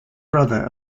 brother